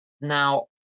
Now